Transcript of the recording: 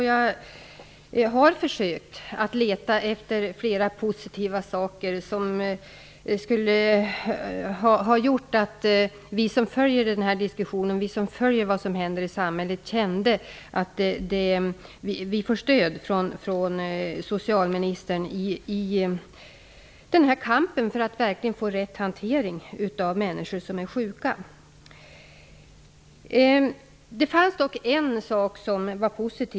Jag har försökt att leta efter flera positiva saker som skulle ha gjort att vi som följer denna diskussion, vi som följer vad som händer i samhället, känner att vi får stöd från socialministern i kampen för att verkligen få rätt hantering av människor som är sjuka. Det fanns dock en sak som var positiv.